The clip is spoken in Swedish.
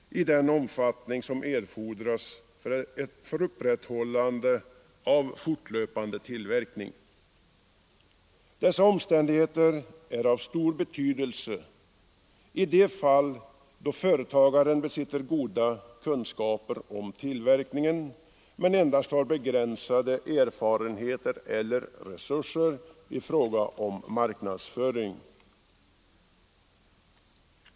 Också avsättningsoch marknadsföringsfrågorna måste tillmätas avgörande betydelse. Det är inte tillräckligt med en tekniskt sett god produkt, om den inte kan marknadsföras i den omfattning som erfordras för fortlöpande tillverkning. Dessa omständigheter är av stor betydelse i de fall då företagaren besitter goda kunskaper om tillverkningen men endast har begränsade erfarenheter eller resurser i fråga om marknadsföring.